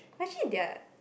actually they are